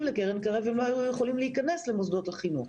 לקרן קרב הם לא היו יכולים להיכנס למוסדות החינוך.